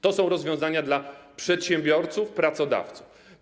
To są rozwiązania dla przedsiębiorców, pracodawców.